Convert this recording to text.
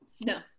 No